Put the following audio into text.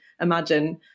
imagine